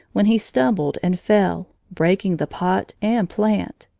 when he stumbled and fell, breaking the pot and plant.